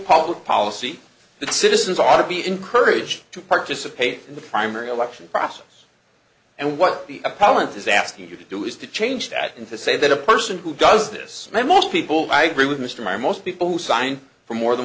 public policy that citizens ought to be encouraged to participate in the primary election process and what the apology is asking you to do is to change that and to say that a person who does this mean most people i agree with mr maher most people who sign for more than